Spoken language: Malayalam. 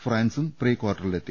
ഫ്രാൻസും പ്രീ കാർട്ടറിലെത്തി